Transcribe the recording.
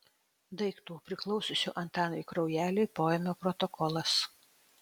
daiktų priklausiusių antanui kraujeliui poėmio protokolas